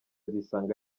bisanga